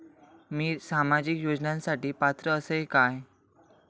मी सामाजिक योजनांसाठी पात्र असय काय?